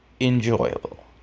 enjoyable